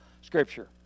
Scripture